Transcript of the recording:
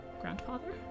grandfather